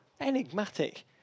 enigmatic